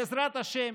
בעזרת השם,